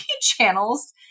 channels